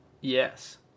Yes